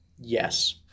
Yes